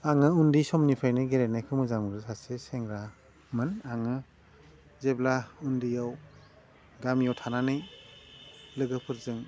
आङो उन्दै समनिफ्रायनो गेलेनायखौ मोजां मोनग्रा सासे सेंग्रामोन आङो जेब्ला उन्दैयाव गामियाव थानानै लोगोफोरजों